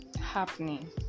happening